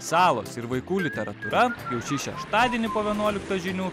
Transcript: salos ir vaikų literatūra jau šį šeštadienį po vienuoliktos žinių